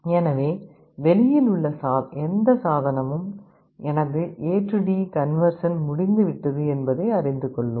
எனவே வெளியில் உள்ள எந்த சாதனமும் எனது ஏடி கன்வெர்சன் முடிந்துவிட்டது என்பதை அறிந்து கொள்ளும்